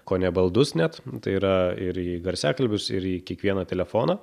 kone baldus net tai yra ir į garsiakalbius ir į kiekvieną telefoną